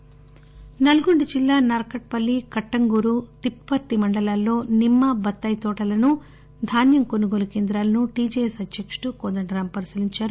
కోదండ రాం నల్లగొండ జిల్లా నార్కట్ పల్లి కట్లంగూరు తిప్పర్తి మండలాల్లో నిమ్మ బత్తాయి తోటలను ధాన్యం కొనుగోలు కేంద్రాలను టీజేఏస్ అధ్యకుడు కోదండరాం పరిశీలించారు